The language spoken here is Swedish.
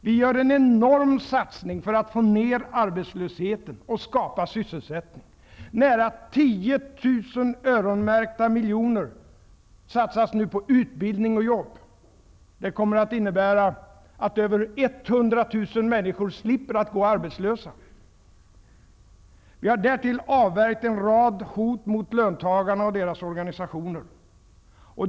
Vi gör en enorm satsning för att få ned arbetslösheten och skapa sysselsättning. Nära 10 000 öronmärkta miljoner satsas nu på utbildning och jobb. Det kommer att innebära att mer än 100 000 människor slipper att gå arbetslösa. Vi har dessutom avvärjt en rad hot mot löntagarna och deras organisationer.